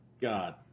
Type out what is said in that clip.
God